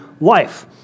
life